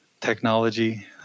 technology